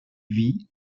vit